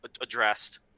addressed